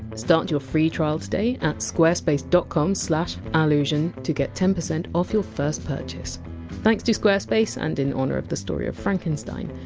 start your free trial today at squarespace dot com slash allusion to get ten percent off your first purchase thanks to squarespace, and in honour of the story of frankenstein,